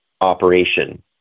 operation